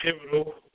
pivotal